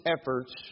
efforts